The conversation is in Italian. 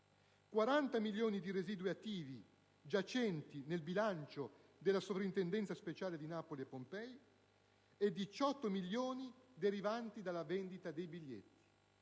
40 milioni dai residui attivi giacenti nel bilancio della soprintendenza speciale di Napoli e di Pompei e 18 milioni derivanti dalla vendita dei biglietti.